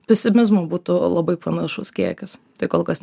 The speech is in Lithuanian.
pesimizmu būtų labai panašus kiekis tai kol kas